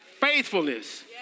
faithfulness